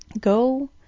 go